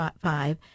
five